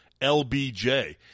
LBJ